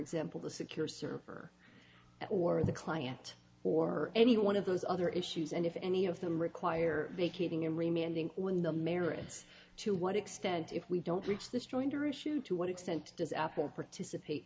example the secure server or the client or any one of those other issues and if any of them require vacating and reminding when the merits to what extent if we don't reach this joinder issue to what extent does apple participate